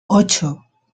ocho